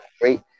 great